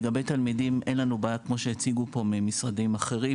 לגבי תלמידים אין לנו בעיה כמו שהציגו פה ממשרדים אחרים,